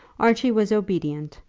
archie was obedient,